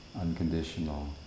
unconditional